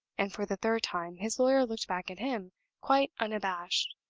and for the third time his lawyer looked back at him quite unabashed.